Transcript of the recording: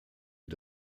wie